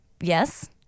Yes